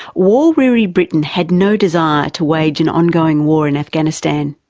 war-weary britain had no desire to wage an ongoing war in afghanistan.